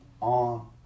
on